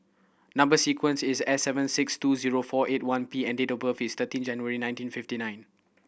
number sequence is S seven six two zero four eight one P and date of birth is thirteen January nineteen fifty nine